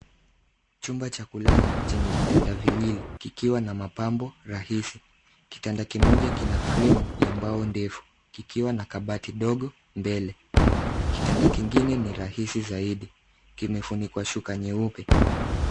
Chumba cha kulala chenye vitanda viwili kikiwa na mapambo rahisi. Kitanda kimoja kina fremu ya mbao ndefu, kikiwa na kabati dogo mbele. Kitanda kingine ni rahisi zaidi. Kimefunikwa shuka nyeupe.